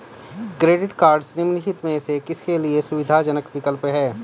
Credit cards निम्नलिखित में से किसके लिए सुविधाजनक विकल्प हैं?